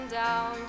down